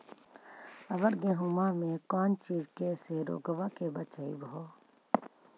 अबर गेहुमा मे कौन चीज के से रोग्बा के बचयभो?